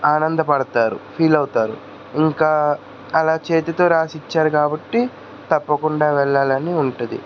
ఆనందపడతారు feel అవుతారు ఇంకా అలా చేతితో రాసి ఇచ్చారు కాబట్టి తప్పకుండా వెళ్లాలని ఉంటది